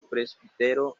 presbítero